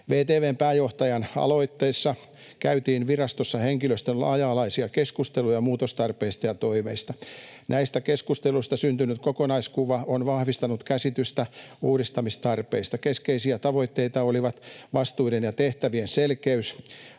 VTV:n pääjohtajan aloittaessa käytiin virastossa henkilöstön laaja-alaisia keskusteluja muutostarpeista ja toiveista. Näistä keskusteluista syntynyt kokonaiskuva on vahvistanut käsitystä uudistamistarpeista. Keskeisiä tavoitteita olivat vastuiden ja tehtävien selkeys,